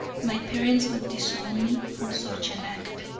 my parents would disown me for such an act.